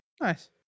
Nice